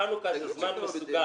חנוכה זה זמן מסוכן.